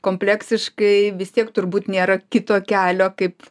kompleksiškai vis tiek turbūt nėra kito kelio kaip